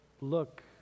look